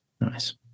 Nice